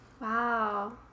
Wow